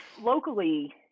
Locally